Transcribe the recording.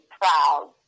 proud